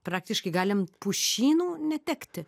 praktiškai galim pušynų netekti